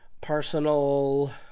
personal